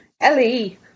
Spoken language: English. Ellie